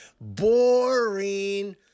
Boring